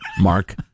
Mark